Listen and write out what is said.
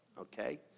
Okay